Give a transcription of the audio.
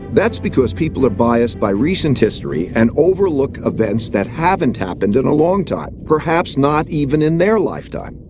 that's because people are biased by recent history, and overlook events that haven't happened in a long time, perhaps not even in their lifetime.